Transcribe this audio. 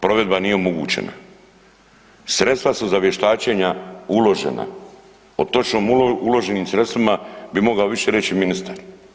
Provedba nije omogućena, sredstva su za vještačenja uložena, o točno uloženim sredstvima bi više mogao reći ministar.